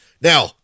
Now